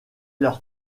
leur